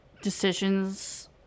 decisions